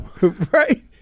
right